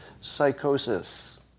psychosis